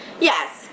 Yes